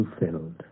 fulfilled